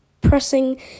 pressing